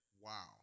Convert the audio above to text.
wow